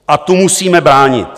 A tu musíme bránit.